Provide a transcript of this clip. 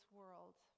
world